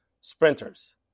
sprinters